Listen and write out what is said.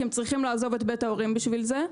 כי הם צריכים לעזוב את בית ההורים בשביל זה.